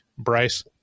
Bryce